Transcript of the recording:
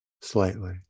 slightly